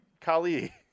Kali